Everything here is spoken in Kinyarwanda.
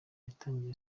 yatangiye